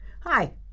Hi